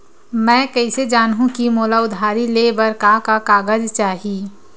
मैं कइसे जानहुँ कि मोला उधारी ले बर का का कागज चाही?